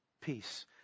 peace